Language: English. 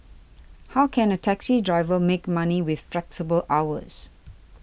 how can a taxi driver make money with flexible hours